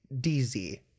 dz